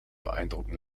beeindrucken